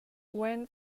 when